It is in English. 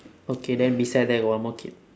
okay then beside there got one more kid